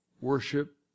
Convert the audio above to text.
worship